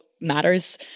matters